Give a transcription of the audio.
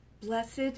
Blessed